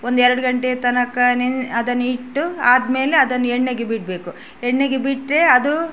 ಒಂದು ಎರಡು ಗಂಟೆಯ ತನಕ ನೆನ್ನೆ ಅದನ್ನ ಇಟ್ಟು ಆದಮೇಲೆ ಅದನ್ನು ಎಣ್ಣೆಗೆ ಬಿಡಬೇಕು ಎಣ್ಣೆಗೆ ಬಿಟ್ಟರೆ ಅದು